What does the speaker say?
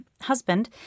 husband